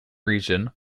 region